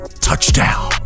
touchdown